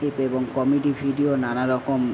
clip এবং comedy video নানা রকম